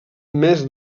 més